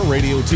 Radio